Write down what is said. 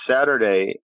Saturday